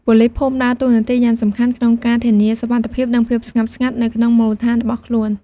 ប៉ូលីសភូមិដើរតួនាទីយ៉ាងសំខាន់ក្នុងការ ធានាសុវត្ថិភាព និងភាពស្ងប់ស្ងាត់ នៅក្នុងមូលដ្ឋានរបស់ខ្លួន។